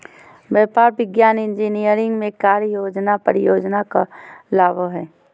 व्यापार, विज्ञान, इंजीनियरिंग में कार्य योजना परियोजना कहलाबो हइ